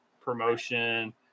promotion